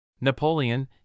Napoleon